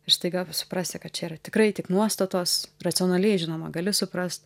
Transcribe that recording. ir staiga suprasi kad čia yra tikrai tik nuostatos racionaliai žinoma gali suprast